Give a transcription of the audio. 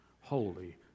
holy